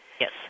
Yes